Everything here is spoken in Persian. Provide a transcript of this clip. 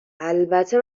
البته